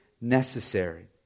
necessary